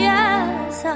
Yes